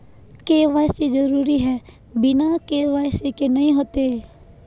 KYC जरुरी है बिना के.वाई.सी के नहीं होते?